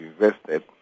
invested